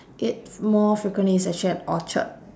eat more frequently is actually at orchard